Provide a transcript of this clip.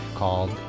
called